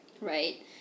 right